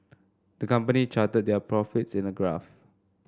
the company charted their profits in a graph